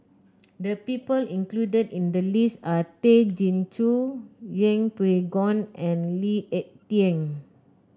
the people included in the list are Tay Chin Joo Yeng Pway Ngon and Lee Ek Tieng